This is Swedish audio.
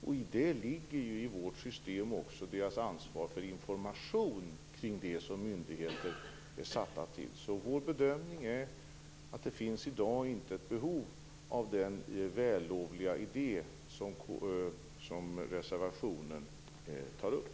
I det ligger ju i vårt system också deras ansvar för information kring det som myndigheter är satta till. Vår bedömning är att det i dag inte finns något behov av den vällovliga idé som reservationen tar upp.